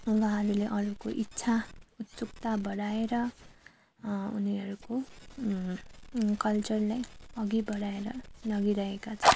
उहाँहरूले अरूको इच्छा उत्सुक्ता बढाएर उनीहरूको कल्चरलाई अघि बढाएर लगिरहेका छन्